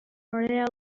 moreau